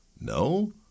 No